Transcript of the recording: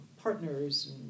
partners